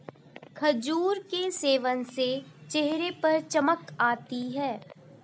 खजूर के सेवन से चेहरे पर चमक आती है